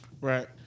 right